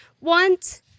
want